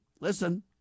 listen